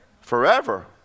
forever